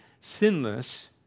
sinless